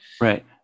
Right